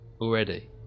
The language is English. already